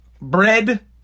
bread